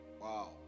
wow